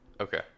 Okay